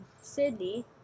sydney